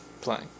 playing